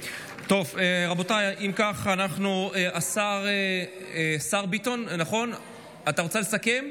רבותיי, אם כך, השר ביטון, אתה רוצה לסכם?